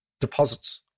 deposits